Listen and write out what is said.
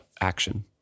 action